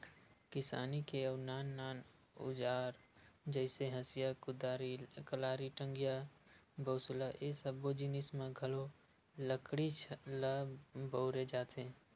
किसानी के अउ नान नान अउजार जइसे हँसिया, कुदारी, कलारी, टंगिया, बसूला ए सब्बो जिनिस म घलो लकड़ीच ल बउरे जाथे